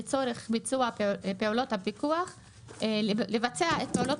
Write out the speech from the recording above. לצורך ביצוע פעולות הפיקוח לבצע את פעולות